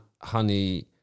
honey